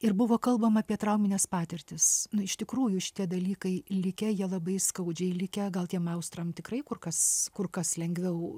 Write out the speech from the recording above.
ir buvo kalbama apie traumines patirtis nu iš tikrųjų šitie dalykai likę jie labai skaudžiai likę gal tiem austram tikrai kur kas kur kas lengviau